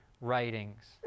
writings